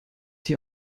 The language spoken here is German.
dir